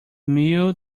mule